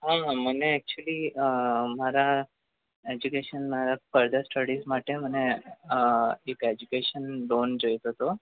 હા મને એક્ચુઅલ્લી મારા એજ્યુકેશનમાં ફર્ધર સ્ટડીસ માટે મને એક એજ્યુકેશન લોન જોઈતો હતો